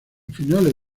finales